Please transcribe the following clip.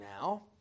now